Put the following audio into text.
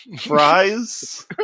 fries